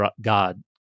God